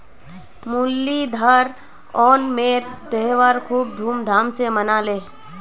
मुरलीधर ओणमेर त्योहार खूब धूमधाम स मनाले